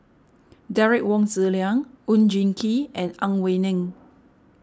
Derek Wong Zi Liang Oon Jin Gee and Ang Wei Neng